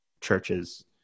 churches